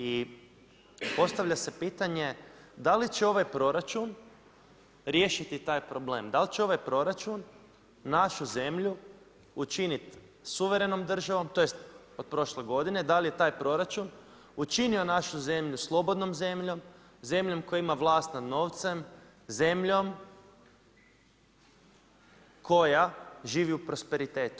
I postavlja se pitanje da li će ovaj proračun riješiti ovaj problem, da li će ovaj proračun našu zemlju učinit suverenom državom, tj. od prošle godine, da li je taj proračun učinio našu zemlju slobodnom zemljom, zemljom koja ima vlast nad novcem, zemljom koja živi u prosperitetu.